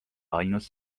ainus